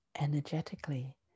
Energetically